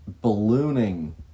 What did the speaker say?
ballooning